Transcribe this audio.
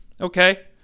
okay